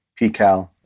PCAL